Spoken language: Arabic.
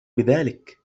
بذلك